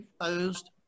Opposed